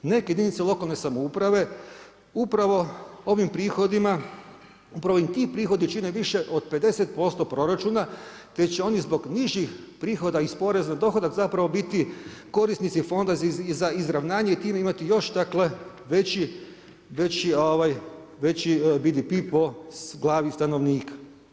Neke jedinice lokalne samouprave upravo ovim prihodima, upravo im ti prihodi čine više od 50% proračuna te će oni zbog nižih prihoda iz poreza na dohodak zapravo biti korisnici Fonda za izravnanje i time imati još dakle veći BDP po glavi stanovnika.